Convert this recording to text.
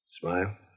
Smile